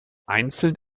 einzeln